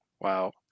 Wow